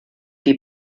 die